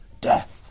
death